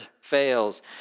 fails